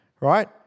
Right